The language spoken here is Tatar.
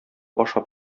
ашап